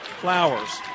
Flowers